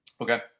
Okay